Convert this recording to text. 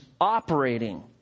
operating